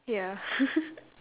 ya